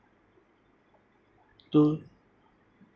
two